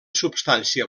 substància